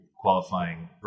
qualifying